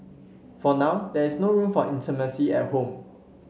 for now there is no room for intimacy at home